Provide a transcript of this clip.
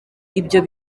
ibyo